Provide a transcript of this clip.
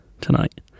tonight